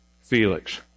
Felix